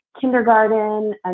kindergarten